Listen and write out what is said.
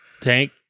tank